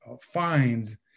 fines